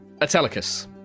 Atelicus